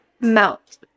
melt